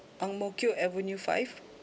Ang Mo Kio avenue five